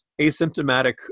asymptomatic